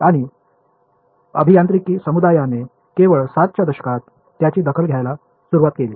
आणि अभियांत्रिकी समुदायाने केवळ 60 च्या दशकात याची दखल घ्यायला सुरुवात केली